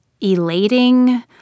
elating